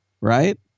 Right